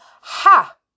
Ha